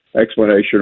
explanation